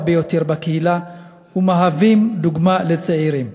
ביותר בקהילה ומהווים דוגמה לצעירים.